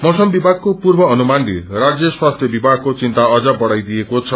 मौसम विधागको पूर्व अनुमानले राज्य स्वास्थ्य विधागको चिन्ता अस बढ़ाइदिएको छ